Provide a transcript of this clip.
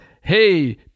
hey